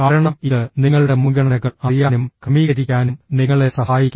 കാരണം ഇത് നിങ്ങളുടെ മുൻഗണനകൾ അറിയാനും ക്രമീകരിക്കാനും നിങ്ങളെ സഹായിക്കും